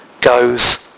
goes